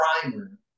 primer